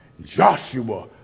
Joshua